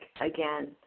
again